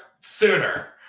sooner